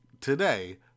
Today